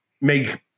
make